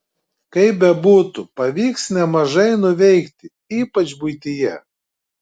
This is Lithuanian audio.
kaip bebūtų pavyks nemažai nuveikti ypač buityje